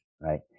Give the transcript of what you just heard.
right